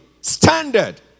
standard